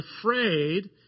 afraid